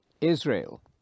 Israel